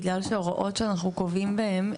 בגלל שההוראות שאנחנו קובעים בהן,